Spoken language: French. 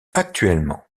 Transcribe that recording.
actuellement